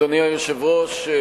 אדוני היושב-ראש,